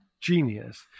genius